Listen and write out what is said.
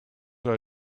are